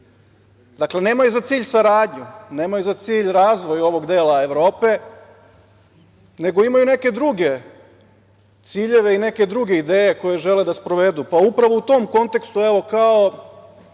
Šengena. Nemaju za cilj saradnju, nemaju za cilj razvoj ovog dela Evrope, nego imaju neke druge ciljeve i neke druge ideje koje žele da sprovedu pa upravo u tom kontekstu kao